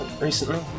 recently